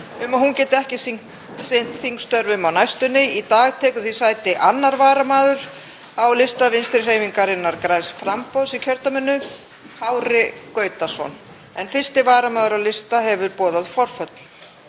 um að hún geti ekki sinnt þingstörfum á næstunni. Í dag tekur því sæti 2. varamaður á lista Vinstrihreyfingarinnar – græns framboðs í kjördæminu, Kári Gautason, en 1. varamaður á lista hefur boðað forföll.